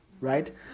Right